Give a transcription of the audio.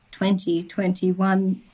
2021